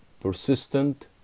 persistent